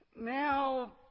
Now